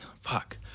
Fuck